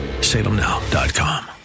salemnow.com